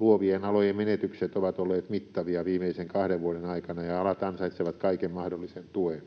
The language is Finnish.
Luovien alojen menetykset ovat olleet mittavia viimeisen kahden vuoden aikana, ja alat ansaitsevat kaiken mahdollisen tuen.